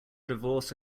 divorce